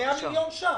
100 מיליון ש"ח.